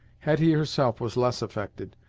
hetty herself was less affected,